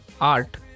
Art